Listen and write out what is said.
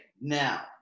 now